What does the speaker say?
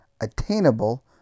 attainable